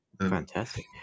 fantastic